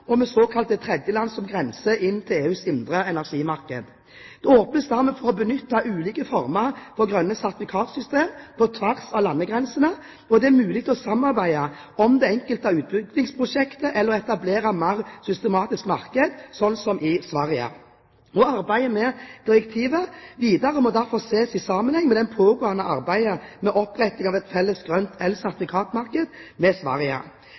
og med såkalte tredjeland som grenser inn til EUs indre energimarked. Det åpnes dermed for å benytte ulike former for grønne sertifikatsystemer på tvers av landegrensene. Det er mulig å samarbeide om det enkelte utbyggingsprosjekt eller å etablere mer systematiske markeder, slik som i Sverige. Arbeidet med direktivet videre må derfor ses i sammenheng med det pågående arbeidet med oppretting av et felles grønt elsertifikatmarked med Sverige.